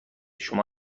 شما